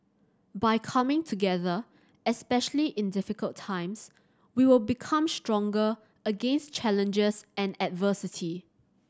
by coming together especially in difficult times we will become stronger against challenges and adversity